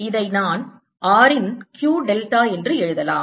இதை நான் r இன் Q டெல்டா என்று எழுதலாம்